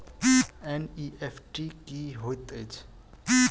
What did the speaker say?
NEFT की होइत अछि?